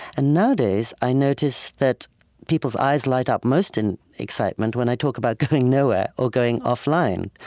and nowadays, i notice that people's eyes light up most in excitement when i talk about going nowhere or going offline.